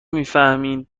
میفهمین